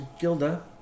Gilda